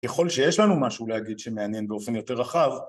ככל שיש לנו משהו להגיד שמעניין באופן יותר רחב